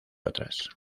otras